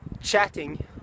chatting